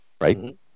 Right